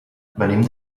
venim